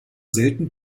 selten